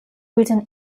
written